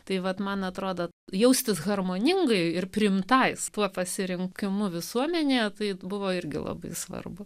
tai vat man atrodo jaustis harmoningai ir priimtai su tuo pasirinkimu visuomenėje tai buvo irgi labai svarbu